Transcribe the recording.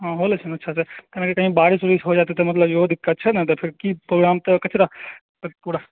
हाँ होलै अच्छा कहीं न कहीं बारिस उरिस होइ जाइ तऽ कहै के मतलब इहो दिक्कत छै ने तऽ प्रोग्राम कचरा